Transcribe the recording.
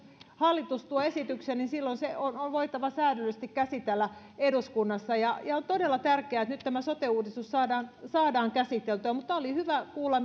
hallitus tuo esityksen niin silloin se on on voitava säädyllisesti käsitellä eduskunnassa ja ja on todella tärkeää että nyt sote uudistus saadaan saadaan käsiteltyä oli hyvä kuulla